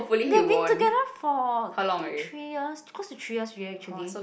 they've been together for two three years close to three years already actually